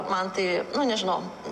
man tai nu nežinau